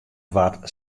waard